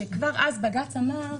שכבר אז בג"צ אמר